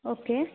okay